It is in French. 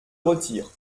retire